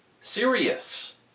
serious